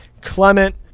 Clement